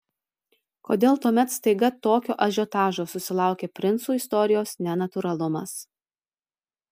kodėl tuomet staiga tokio ažiotažo susilaukė princų istorijos nenatūralumas